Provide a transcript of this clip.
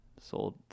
sold